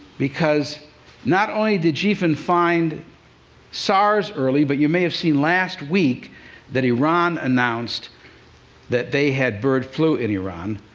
because not only did gphin find sars early, but you may have seen last week that iran announced that they had bird flu in iran,